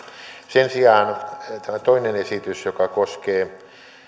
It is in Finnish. sen sijaan tämä toinen esitys joka koskee